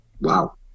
wow